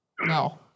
No